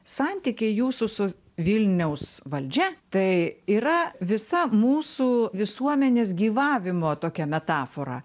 santykiai jūsų su vilniaus valdžia tai yra visa mūsų visuomenės gyvavimo tokia metafora